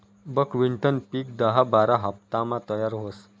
बकव्हिटनं पिक दहा बारा हाफतामा तयार व्हस